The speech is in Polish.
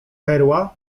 perła